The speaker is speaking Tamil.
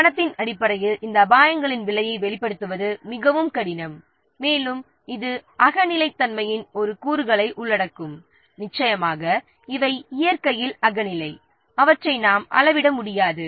பணத்தின் அடிப்படையில் இந்த அபாயங்களின் விலையை வெளிப்படுத்துவது மிகவும் கடினம் மேலும் இது அகநிலைத்தன்மையின் ஒரு கூறுகளை உள்ளடக்கும் நிச்சயமாக இவை இயற்கையில் அகநிலை அவற்றை நாம் அளவிட முடியாது